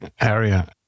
area